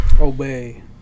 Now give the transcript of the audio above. obey